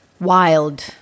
wild